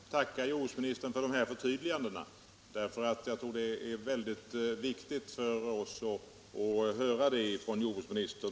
Herr talman! Jag vill tacka jordbruksministern för de här förtydligandena. Jag tror att det är väldigt viktigt för oss att få höra detta från jordbruksministern.